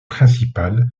principal